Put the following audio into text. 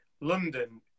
London